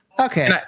Okay